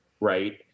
right